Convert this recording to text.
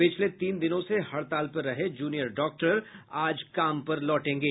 पिछले तीन दिनों से हड़ताल पर रहे जूनियर डॉक्टर आज काम पर लौटेंगे